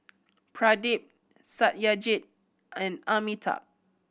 Pradip Satyajit and Amitabh